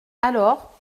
alors